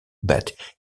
but